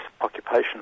occupation